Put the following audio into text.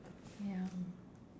ya